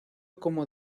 como